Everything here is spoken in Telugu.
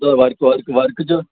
ఇదో వర్క్ వర్క్ వర్కు చూ